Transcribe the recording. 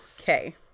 okay